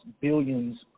billions